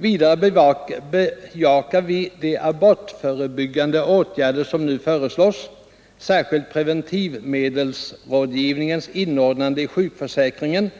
Vidare bejakar vi de abortförebyggande åtgärder som nu föreslås, särskilt preventivmedelsrådgivningens inordnande i sjukförsäkringen,